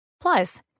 Plus